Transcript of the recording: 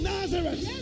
Nazareth